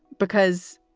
because